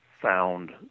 found